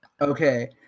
okay